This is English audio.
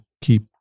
keep